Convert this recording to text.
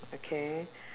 okay